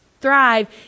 thrive